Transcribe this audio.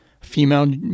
female